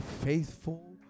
faithful